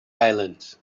islands